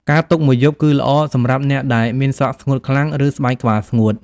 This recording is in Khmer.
ការទុកមួយយប់ គឺល្អសម្រាប់អ្នកដែលមានសក់ស្ងួតខ្លាំង ឬស្បែកក្បាលស្ងួត។